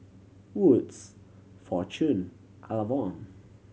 Wood's Fortune Avalon